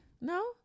no